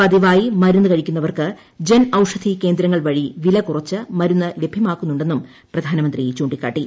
പതിവായി മരുന്ന് കഴിക്കുന്നവർക്ക് ജൻ ഔഷധി കേന്ദ്രങ്ങൾ വഴി വില കുറച്ച് മരുന്ന് ലഭ്യമാകുന്നുണ്ടെന്നും പ്രധാനമന്ത്രി ചൂണ്ടിക്കാട്ടി